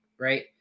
right